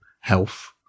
health